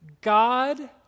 God